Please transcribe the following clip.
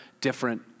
different